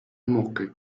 موقع